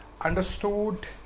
understood